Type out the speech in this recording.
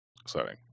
exciting